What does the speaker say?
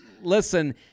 Listen